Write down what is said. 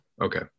Okay